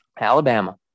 Alabama